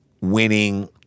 winning